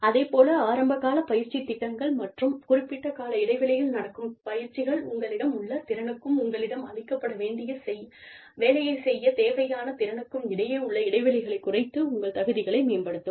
அதேபோல் ஆரம்பக்கால பயிற்சி திட்டங்கள் மற்றும் குறிப்பிட்ட கால இடைவெளியில் நடக்கும் பயிற்சிகள் உங்களிடம் உள்ள திறனுக்கும் உங்களிடம் அளிக்கப்பட்ட வேலையைச் செய்யத் தேவையான திறனுக்கும் இடையே உள்ள இடைவெளிகளைக் குறைத்து உங்கள் தகுதிகளை மேம்படுத்தும்